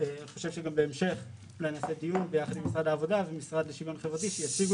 חושב שגם בהמשך נקיים דיון עם משרד העבודה ומשרד לשוויון חברתי שיציגו